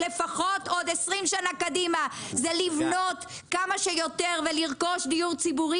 לפחות לעוד 20 שנה קדימה הוא לבנות כמה שיותר ולרכוש דיור ציבורי